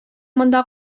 монда